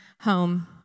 home